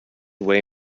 way